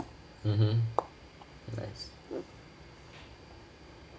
mmhmm